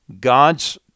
God's